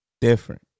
Different